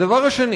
הדבר השני,